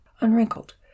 unwrinkled